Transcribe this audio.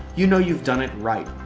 you know you've done it right.